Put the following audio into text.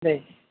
दे